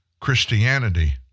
Christianity